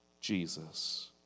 Jesus